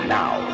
now